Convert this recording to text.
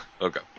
Okay